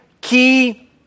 key